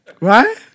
Right